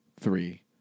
Three